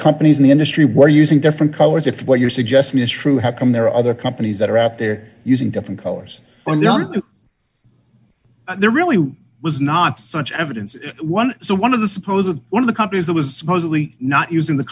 companies in the industry were using different colors if what you're suggesting is true how come there are other companies that are out there using different colors there really was not such evidence one so one of the supposedly one of the companies that was supposedly not using the